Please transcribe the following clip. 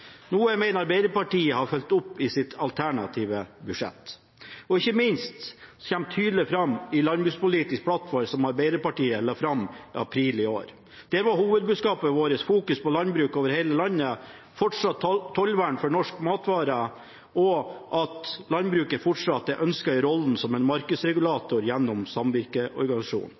noe jeg mener Arbeiderpartiet har fulgt opp i sitt alternative budsjett, og som ikke minst kommer tydelig fram i den landbrukspolitiske plattformen som Arbeiderpartiet la fram i april i år. Der er hovedbudskapet vårt at en må ha fokus på landbruk over hele landet og fortsatt tollvern for norske matvarer, og at landbruket fortsatt er ønsket i rollen som en markedsregulator gjennom